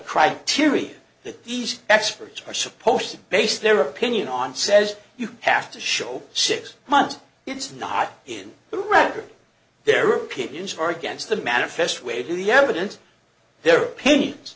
criteria that these experts are supposed to base their opinion on says you have to show six months it's not in the record their opinions are against the manifest way to the evidence their opinions